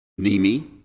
Nimi